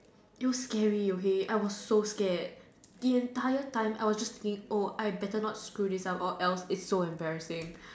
it was scary okay I was so scared the entire time I was thinking I better not screw this up or else it's so embarrassing